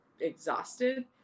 exhausted